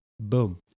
Boom